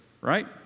right